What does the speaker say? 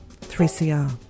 3CR